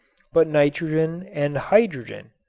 but nitrogen and hydrogen.